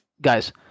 Guys